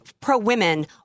pro-women